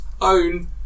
own